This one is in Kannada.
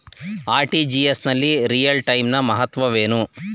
ಆರ್.ಟಿ.ಜಿ.ಎಸ್ ನಲ್ಲಿ ರಿಯಲ್ ಟೈಮ್ ನ ಮಹತ್ವವೇನು?